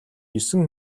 есөн